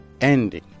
ending